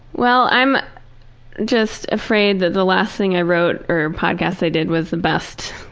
well i'm just afraid that the last thing i wrote or podcast i did was the best.